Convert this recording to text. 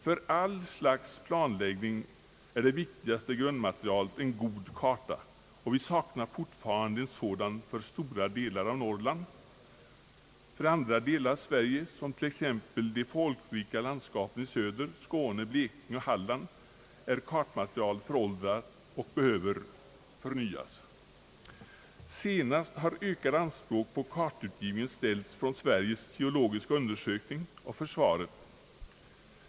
För all slags planläggning är det viktigaste grundmaterialet en god karta, och vi saknar fortfarande en sådan för stora delar av Norrland. För andra delar av Sverige, t.ex. de folkrika landskapen i söder, Skåne, Blekinge och Halland, är kartmaterialet föråldrat och behöver förnyas. Senast har nya anspråk på kartutgivningen ställts från Sveriges geologiska undersökning och försvaret.